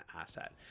asset